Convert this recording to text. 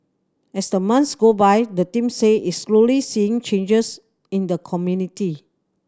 as the months go by the team say it's slowly seeing changes in the community